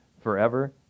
forever